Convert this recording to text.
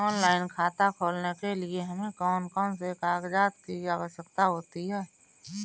Online खाता खोलने के लिए हमें कौन कौन से कागजात की आवश्यकता होती है?